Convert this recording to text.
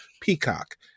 Peacock